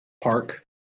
Park